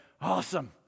awesome